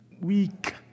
weak